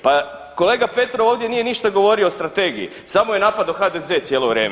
Pa kolega Petrov ovdje nije ništa govorio o Strategiji, samo je napadao HDZ cijelo vrijeme.